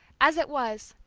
as it was,